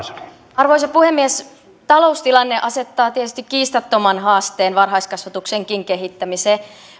arvoisa puhemies taloustilanne asettaa tietysti kiistattoman haasteen varhaiskasvatuksenkin kehittämiseen